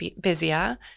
busier